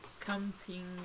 Camping